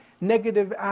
negative